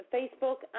Facebook